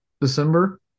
December